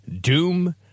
Doom